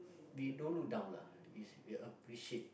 we don't look down lah we appreciate